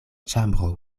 ĉambro